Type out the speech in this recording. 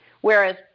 Whereas